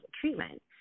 treatment